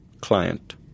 Client